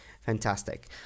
fantastic